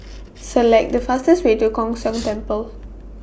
Select The fastest Way to Kwan Siang Tng Temple